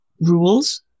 rules